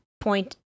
point